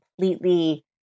completely